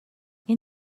این